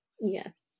Yes